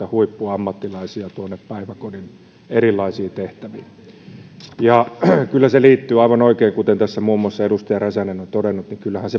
huippuammattilaisia hakeutumaan päiväkodin erilaisiin tehtäviin kyllähän se liittyy aivan oikein kuten tässä muun muassa edustaja räsänen on todennut